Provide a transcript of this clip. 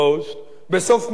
בסוף מאי 2009,